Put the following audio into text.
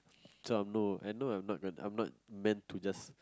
so I know I know I'm not gonna I'm not meant to just